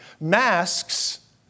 Masks